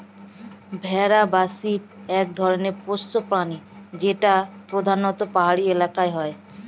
ভেড়া বা শিপ এক ধরনের পোষ্য প্রাণী যেটা প্রধানত পাহাড়ি এলাকায় হয়